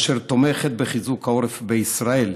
אשר תומכת בחיזוק העורף בישראל,